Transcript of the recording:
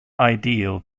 ideal